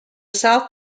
south